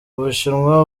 bushinwa